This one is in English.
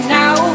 now